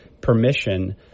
permission